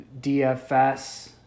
DFS